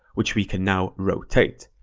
which we can now rotate.